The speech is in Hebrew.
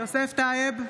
יוסף טייב,